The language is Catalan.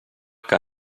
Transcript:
que